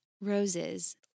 Roses